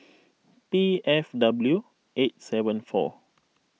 B F W eight seven four